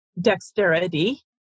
dexterity